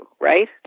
right